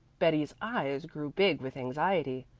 betty's eyes grew big with anxiety.